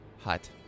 hut